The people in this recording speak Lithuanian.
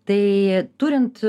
tai turint